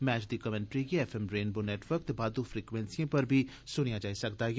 match दी commentary गी F M Rainbow network ते बाददू फ्रक्वेंसिएं पर बी सुनेआ जाई सकदा ऐ